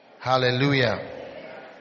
Hallelujah